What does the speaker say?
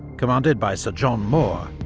commanded by sir john moore,